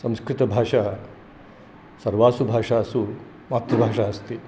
संस्कृतभाषा सर्वासु भाषासु मातृभाषा अस्ति